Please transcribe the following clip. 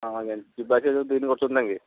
ହଁ ହଁ ଜାଣିଲି ଯିବା ଆସିବା ଯେଉଁ ଦିନ୍ କରୁଛନ୍ତି ନା କି